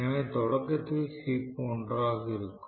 எனவே தொடக்கத்தில் ஸ்லிப் ஒன்றாக இருக்கும்